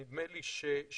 ונדמה לי שדוח